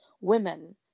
women